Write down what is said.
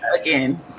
Again